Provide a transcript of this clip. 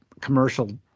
commercial